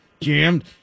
jammed